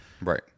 right